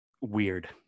weird